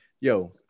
yo